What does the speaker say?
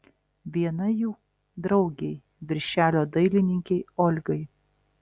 viena jų draugei viršelio dailininkei olgai